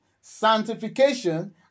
sanctification